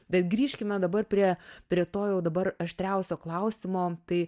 bet grįžkime dabar prie prie to jau dabar aštriausio klausimo tai